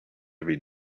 every